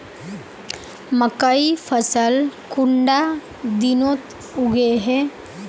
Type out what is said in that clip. मकई फसल कुंडा दिनोत उगैहे?